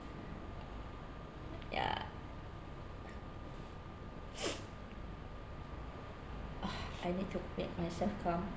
ya ah I need to make myself calm